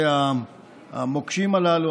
המוקשים הללו,